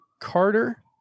Carter